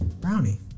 Brownie